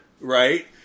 right